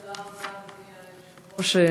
תודה רבה, אדוני היושב-ראש.